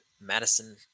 madison